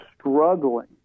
struggling